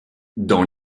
dans